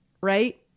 Right